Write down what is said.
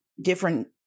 different